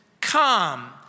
come